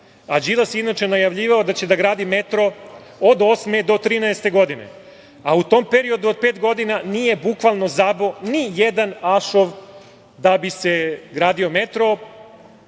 Đilas je inače najavljivao da će da gradi metro od 2008. do 2013. godine, a u tom periodu od pet godina nije bukvalno zaboo ni jedan ašov da bi se gradio metro.